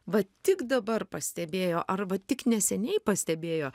va tik dabar pastebėjo arba tik neseniai pastebėjo